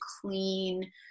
clean